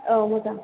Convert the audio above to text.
औ मोजां